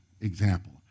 example